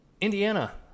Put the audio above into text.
Indiana